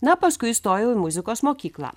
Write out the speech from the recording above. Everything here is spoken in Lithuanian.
na paskui įstojau į muzikos mokyklą